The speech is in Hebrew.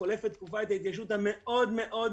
חולפת תקופת ההתיישנות המאוד מאוד